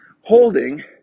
holding